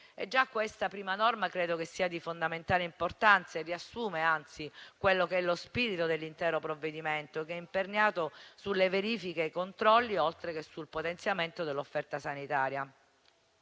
Già questa prima norma credo che sia di fondamentale importanza e riassume anzi lo spirito dell'intero provvedimento, che è imperniato sulle verifiche e i controlli, oltre che sul potenziamento dell'offerta sanitaria.